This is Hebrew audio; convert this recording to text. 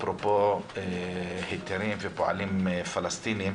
אפרופו היתרים ופועלים פלסטינים